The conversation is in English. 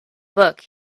book